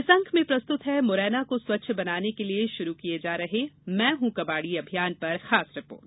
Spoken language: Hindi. इस अंक में प्रस्तुत है मुरैना को स्वच्छ बनाने के लिये शुरू किये जा रहे मैं हूं कबाड़ी अभियान पर खास रिपोर्ट